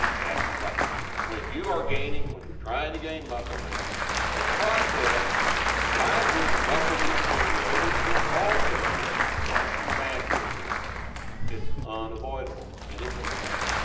thats the problem when you are gaining, when you are trying to gain muscle mass the process by which muscle was accumulated will also cause some fat to accumulate its unavoidable and its okay.